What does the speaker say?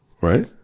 right